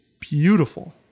beautiful